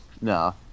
No